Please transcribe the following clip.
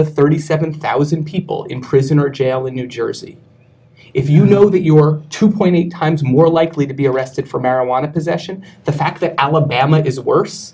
the thirty seven thousand people in prison or jail with new jersey if you know that you were two point eight times more likely to be arrested for marijuana possession the fact that alabama is worse